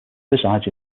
resides